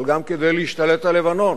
אבל גם כדי להשתלט על לבנון